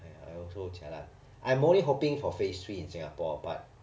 !aiya! I also jialat I'm only hoping for phase three in singapore but